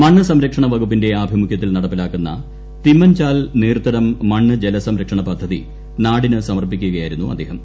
മണ്ണ് സംരക്ഷണ വകുപ്പിന്റെ ആഭിമുഖ്യത്തിൽ നടപ്പിലാക്കുന്ന തിമ്മൻചാൽ നീർത്തടം മണ്ണ് ജല സംരക്ഷണ പദ്ധതി നാടിന് സമർപ്പിക്കുകയായിരുന്നു അദ്ദേഹം